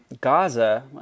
Gaza